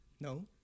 No